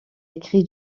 écrit